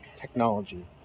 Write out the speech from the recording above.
technology